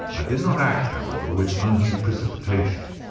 i did not act, however, with undue precipitation.